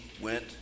went